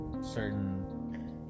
certain